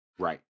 Right